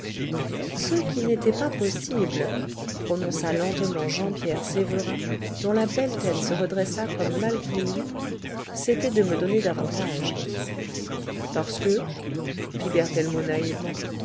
ce qui n'était pas possible prononça lentement jean pierre sévérin dont la belle tête se redressa comme malgré lui c'était de me donner davantage parce que fit berthellemot naïvement